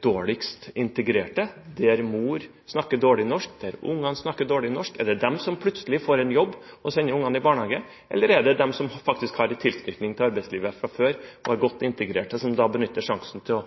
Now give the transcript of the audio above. dårligst integrerte – der mor snakker dårlig norsk, der ungene snakker dårlig norsk – som plutselig får en jobb og sender ungene i barnehagen, eller er det dem som faktisk har tilknytning til arbeidslivet fra før, og er godt integrert, som benytter sjansen til å